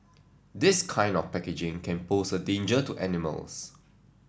this kind of packaging can pose a danger to animals